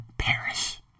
perish